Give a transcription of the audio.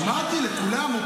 אמרתי, לכולם.